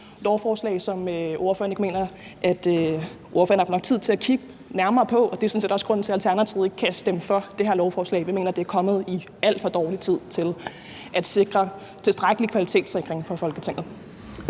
forslag, som ordføreren ikke mener at ordføreren har haft nok tid til at kigge nærmere på. Det er sådan set også grunden til, at Alternativet ikke kan stemme for det her forslag; vi mener, det er kommet i alt for dårlig tid til at sikre tilstrækkelig kvalitetssikring fra Folketinget.